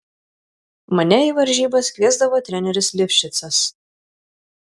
mane į varžybas kviesdavo treneris livšicas